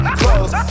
close